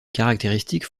caractéristiques